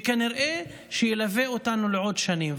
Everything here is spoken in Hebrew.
וכנראה שהוא ילווה אותנו עוד שנים,